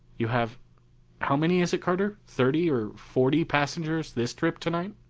you have how many is it, carter thirty or forty passengers this trip tonight?